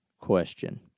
question